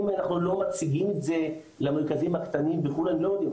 אם אנחנו לא מציגים את זה למרכזים הקטנים הם לא יודעים,